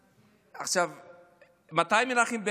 מתי מנחם בגין הצטרף?